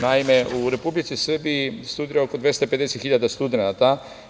Naime, u Republici Srbije studira oko 250.000 studenata.